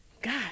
God